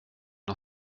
har